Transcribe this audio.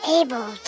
able